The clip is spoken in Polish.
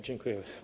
Dziękuję.